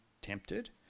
tempted